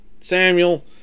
Samuel